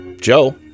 Joe